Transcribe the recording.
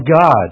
God